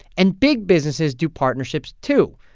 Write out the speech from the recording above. and big businesses do partnerships, too.